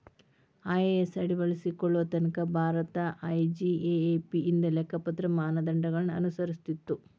IAS ಅಳವಡಿಸಿಕೊಳ್ಳೊ ತನಕಾ Bharat IGAAP ಇಂದ ಲೆಕ್ಕಪತ್ರ ಮಾನದಂಡಗಳನ್ನ ಅನುಸರಿಸ್ತಿತ್ತು